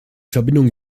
verbindungen